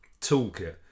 toolkit